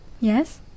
Yes